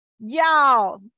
Y'all